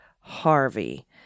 Harvey